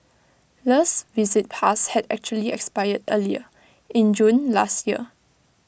le's visit pass had actually expired earlier in June last year